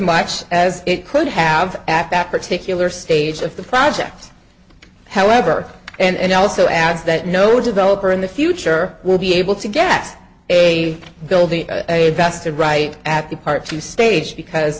much as it could have at that particular stage of the project however and also adds that no developer in the future will be able to get a building a vested right at the party stage because